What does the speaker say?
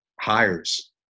hires